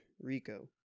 Rico